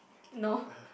no